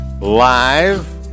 Live